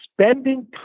spending